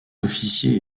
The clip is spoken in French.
officier